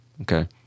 Okay